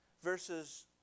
versus